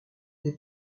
des